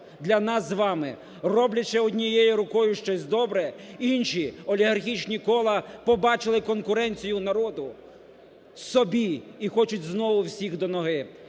для нас з вами, роблячи однією рукою щось добре, інші олігархічні кола побачили конкуренцію народу, собі і хочуть знову всіх до ноги.